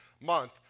month